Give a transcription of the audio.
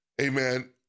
amen